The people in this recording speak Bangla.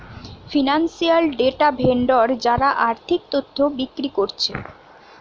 ফিনান্সিয়াল ডেটা ভেন্ডর যারা আর্থিক তথ্য বিক্রি কোরছে